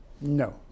No